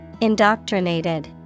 Indoctrinated